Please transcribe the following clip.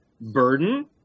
burden